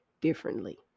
differently